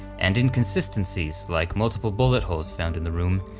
and inconsistencies, like multiple bullet holes found in the room,